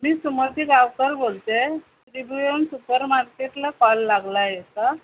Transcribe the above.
मी सुमती गावकर बोलते आहे त्रिभुवन सुप्पर मार्केटला कॉल लागला आहे का